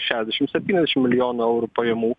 šešiasdešimt septyniasdešimt milijonų eurų pajamų